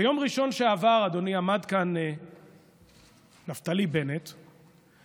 ביום ראשון שעבר, אדוני, עמד כאן נפתלי בנט ואמר,